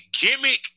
gimmick